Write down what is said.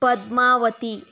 Padmavati